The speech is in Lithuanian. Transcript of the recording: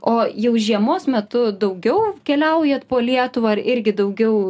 o jau žiemos metu daugiau keliaujat po lietuvą ar irgi daugiau